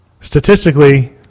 Statistically